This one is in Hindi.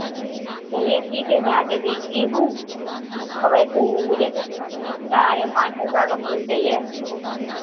चलिए ठीक है मैं आ कर देखती हूँ और वैसे मुझे चार या पाँच प्रकार का फूल चाहिए